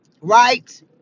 Right